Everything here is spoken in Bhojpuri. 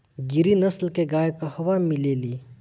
गिरी नस्ल के गाय कहवा मिले लि?